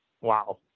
Wow